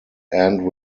end